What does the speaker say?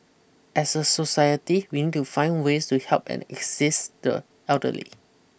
as a society we need to find ways to help and access the elderly